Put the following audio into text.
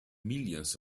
millions